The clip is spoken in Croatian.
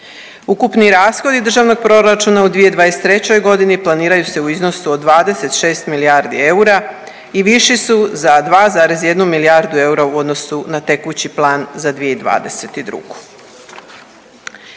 Ukupni rashodi Državnog proračuna u 2023. godini planiranju se u iznosu od 26 milijardi eura i viši su za 2,1 milijardu eura u odnosu na tekući plan za 2022.